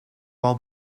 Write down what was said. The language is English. all